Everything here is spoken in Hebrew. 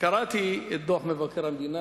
קראתי את דוח מבקר המדינה.